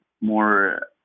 more